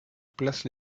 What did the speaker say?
place